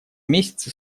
месяцы